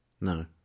No